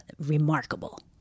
remarkable